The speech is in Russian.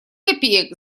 копеек